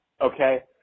Okay